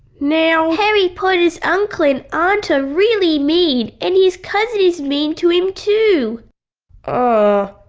now. harry potter's uncle and aunt are really mean and his cousin is mean to him too oh,